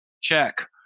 check